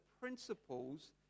principles